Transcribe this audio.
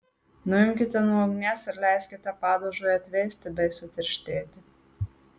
nuimkite nuo ugnies ir leiskite padažui atvėsti bei sutirštėti